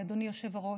אדוני היושב-ראש,